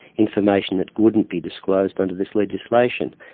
information that wouldn't be disclosed under this legislation.